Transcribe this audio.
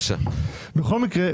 בכל מקרה,